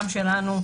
גם שלנו,